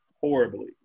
horribly